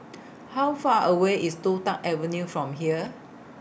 How Far away IS Toh Tuck Avenue from here